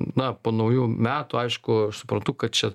na po naujų metų aišku aš suprantu kad čia